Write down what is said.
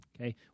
Okay